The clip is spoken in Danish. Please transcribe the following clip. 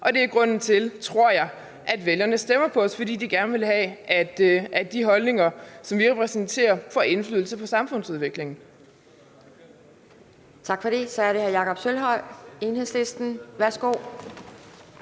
Og det er grunden til, tror jeg, at vælgerne stemmer på os. De vil gerne have, at de holdninger, som vi repræsenterer, giver indflydelse på samfundsudviklingen.